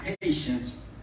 patience